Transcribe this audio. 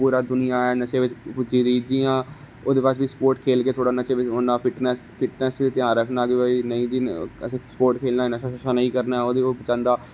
पूरा दुनियां नशे बिच रुज्जी दी जियां ओहदे बाद फ्ही स्पोटस खेलगे नशा बी छोड़ना फिटनेस दा बी ध्यान रखना के भाई नेईं जी नेईं आसें स्पोटस खेलना ऐ आसें नशा नेईं करना ओहदे कोला बचांदा